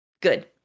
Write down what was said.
good